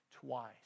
twice